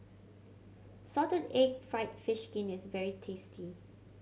salted egg fried fish skin is very tasty